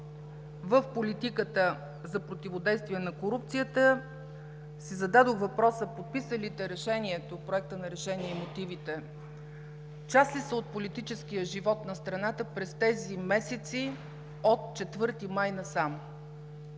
в политиката за противодействие на корупцията, си зададох въпроса: подписалите Проекта на решението и мотивите част ли са от политическия живот на страната през тези месеци от 4 май насам?